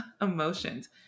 emotions